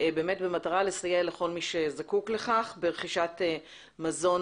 באמת במטרה לסייע לכל מי שזקוק לכך ברכישת מזון